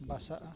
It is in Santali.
ᱵᱟᱥᱟᱜᱼᱟ